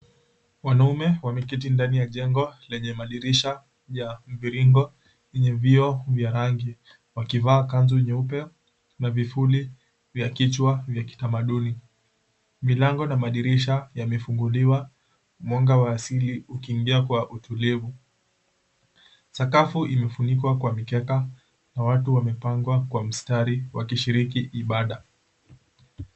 Wanaume wameketi ndani ya jengo yenye madirisha ya mviringo yenye vioo vya rangi wakivaa kanzu nyeupe na vifuli vya kichwa vya kitamaduni. Milango na madirisha yemefunguliwa, mwanga wa asili ukiingia kwa utulivu. Sakafu imefunikwa kwa mkeka na watu wamepangwa kwa mstari wakishiriki ibada.